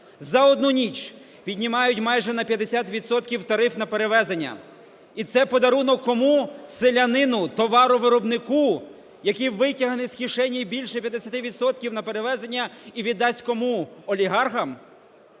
За одну ніч піднімають майже на 50 відсотків тариф на перевезення. І це подарунок кому – селянину, товаровиробнику, який витягне з кишені більше 50 відсотків на перевезення і віддасть кому – олігархам?